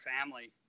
family